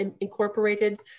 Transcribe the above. incorporated